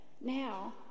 Now